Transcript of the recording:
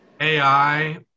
AI